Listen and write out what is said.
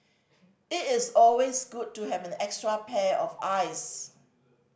it is always good to have an extra pair of eyes